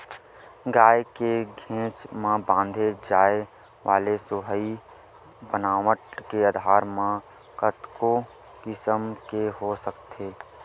गाय के घेंच म बांधे जाय वाले सोहई बनावट के आधार म कतको किसम के हो सकत हे